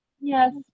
yes